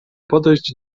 podejść